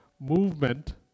movement